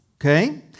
Okay